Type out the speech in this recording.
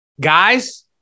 Guys